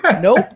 nope